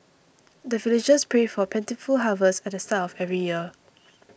the villagers pray for plentiful harvest at the start of every year